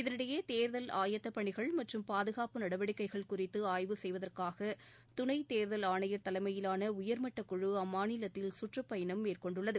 இதனிடையே தேர்தல் ஆயத்தப்பணிகள் மற்றும் பாதுகாப்பு நடவடிக்கைகள் குறித்து ஆய்வு செய்வதற்காக துணை தேர்தல் ஆணையர் தலைமையிலான உயர்மட்டக்குழு அம்மாநிலத்தில் சுற்றுப்பயணம் மேற்கொண்டுள்ளது